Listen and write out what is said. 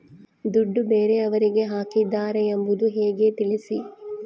ದುಡ್ಡು ಬೇರೆಯವರಿಗೆ ಹಾಕಿದ್ದಾರೆ ಎಂಬುದು ಹೇಗೆ ತಿಳಿಸಿ?